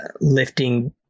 lifting